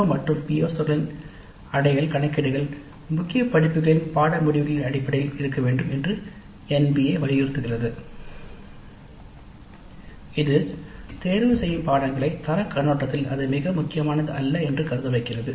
PO மற்றும் PSO களுக்கான அடையல் கணக்கீடுகள் முக்கிய படிப்புகளின் பாடநெறி முடிவுகளின் அடிப்படையில் இருக்க வேண்டும் என்று NBA வலியுறுத்துகிறது இது தேர்ந்தெடுக்கப்பட்ட படிப்புகளை தரக் கண்ணோட்டத்தில் அது மிக முக்கியமானது அல்ல என கருத வைக்கிறது